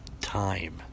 time